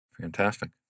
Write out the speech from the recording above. Fantastic